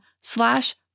slash